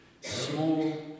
small